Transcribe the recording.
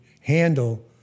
handle